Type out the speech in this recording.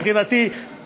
אם